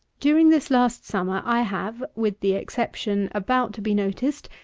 during this last summer, i have, with the exception about to be noticed,